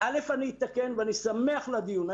אני אתקן ואני שמח לדיון.